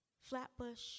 flatbush